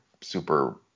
super